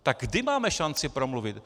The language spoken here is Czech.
Tak kdy máme šanci promluvit?